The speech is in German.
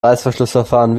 reißverschlussverfahren